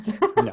No